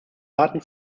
daten